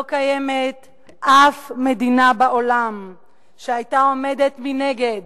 לא קיימת אף מדינה בעולם שהיתה עומדת מנגד